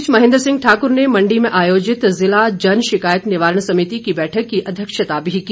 इस बीच महेंद्र सिंह ठाकुर ने मंडी में आयोजित जिला जन शिकायत निवारण समिति की बैठक की अध्यक्षता की